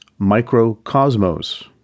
microcosmos